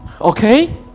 Okay